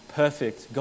perfect